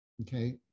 Okay